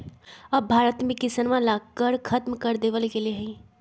अब भारत में किसनवन ला कर खत्म कर देवल गेले है